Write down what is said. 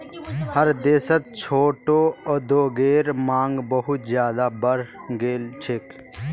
हर देशत छोटो उद्योगेर मांग बहुत ज्यादा बढ़ गेल छेक